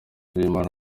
uwimana